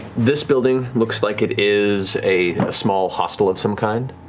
this building looks like it is a small hostel of some kind.